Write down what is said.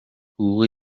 حقوقی